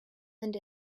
and